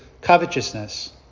covetousness